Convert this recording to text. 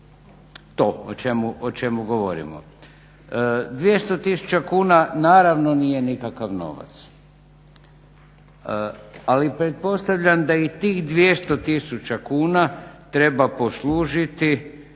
to o čemu govorimo. 200 tisuća kuna naravno nije nikakav novac, ali pretpostavljam da i tih 200 tisuća kuna treba poslužiti